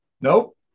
Nope